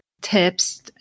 tips